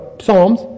Psalms